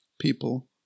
people